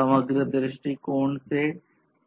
समग्र दृष्टिकोण से